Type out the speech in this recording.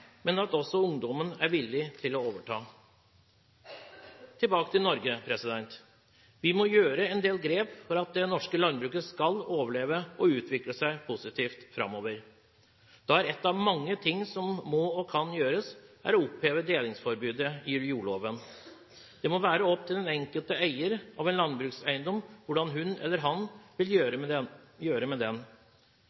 men også ungdommen er villig til å overta. Tilbake til Norge. Vi må gjøre en del grep for at det norske landbruket skal overleve og utvikle seg positivt framover. En av mange ting som må og kan gjøres, er å oppheve delingsforbudet i jordloven. Det må være opp til den enkelte eier av en landbrukseiendom hva hun eller han vil